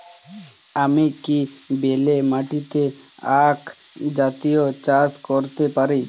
আমি কি বেলে মাটিতে আক জাতীয় চাষ করতে পারি?